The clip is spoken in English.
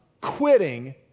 quitting